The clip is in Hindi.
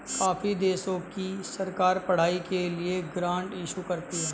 काफी देशों की सरकार पढ़ाई के लिए ग्रांट इशू करती है